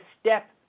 step